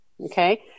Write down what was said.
Okay